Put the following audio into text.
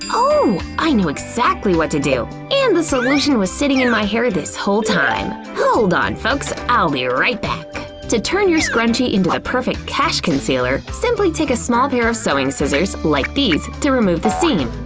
ooh! i know exactly what to do! and the solution was sitting in my hair this whole time. time. hold on, folks, i'll be right back. to turn your scrunchy into the ah perfect cash concealer, simply take a small pair of sewing scissors like these to remove the seam.